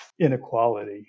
inequality